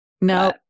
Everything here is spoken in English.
No